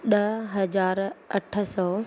ॾह हज़ार अठ सौ